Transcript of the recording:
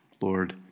Lord